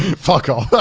fuck off.